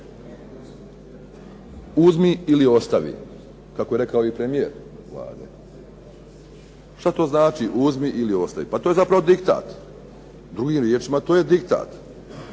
uzmi ili ostavi kako je rekao i premijer Vlade. Šta to znači uzmi ili ostavi? Pa to je zapravo diktat. Drugim riječima to je diktat